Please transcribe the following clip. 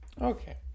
Okay